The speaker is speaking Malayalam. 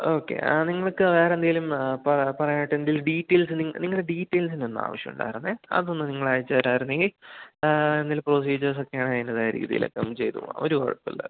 ഓക്കേ നിങ്ങൾക്ക് വേറെന്തെങ്കിലും പറയാനായിട്ട് എന്തെങ്കിലും ഡീറ്റെയിൽസ് നിങ്ങൾ ഡീറ്റെയിൽസിൻ്റെ ഒന്നാവശ്യമുണ്ടായിരുന്നത് അതൊന്ന് നിങ്ങൾ അയച്ചേരാർന്നെങ്കിൽ എന്തെങ്കിലും പ്രോസിജേഴ്സൊക്കെയാണേ അതിൻ്റെ രീതിയിലൊക്കെ ചെയ്തോളാം ഒരു കുഴപ്പമില്ല